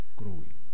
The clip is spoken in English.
growing